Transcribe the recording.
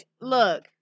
Look